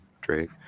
Drake